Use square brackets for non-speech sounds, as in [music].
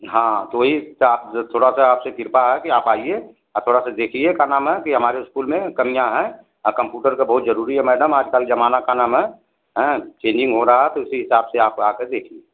हाँ तो वही [unintelligible] आप सा थोड़ा सा आपसे क्रिपा है कि आप आइए थोड़ा सा देखिए का नाम है कि हमारे स्कूल में कमियाँ है कंपूटर का बहुत ज़रूरी है मैडम आज काल ज़माना का नाम है हैं चेंजिंग हो रहा है तो उसी हिसाब से आप आकर देखिए